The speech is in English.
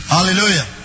Hallelujah